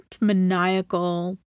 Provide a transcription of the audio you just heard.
maniacal